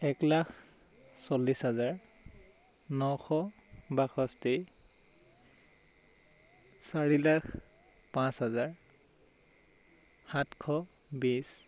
এক লাখ চল্লিছ হাজাৰ নশ বাষষ্ঠি চাৰি লাখ পাঁচ হাজাৰ সাতশ বিছ